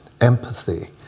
empathy